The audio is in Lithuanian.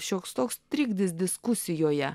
šioks toks trigdis diskusijoje